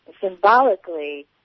symbolically